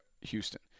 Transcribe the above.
Houston